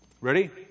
Ready